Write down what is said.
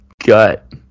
gut